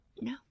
No